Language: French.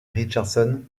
richardson